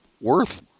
worth